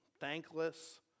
thankless